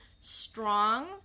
strong